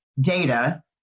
data